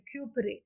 recuperate